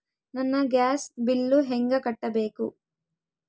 ನನ್ನ gas bill ಹೆಂಗ ಕಟ್ಟಬೇಕು?